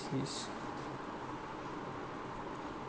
overseas